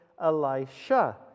Elisha